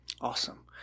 Awesome